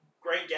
Great